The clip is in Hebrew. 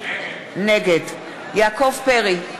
נגד יעקב פרי,